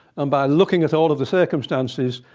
and by looking at all of the circumstances,